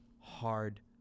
hard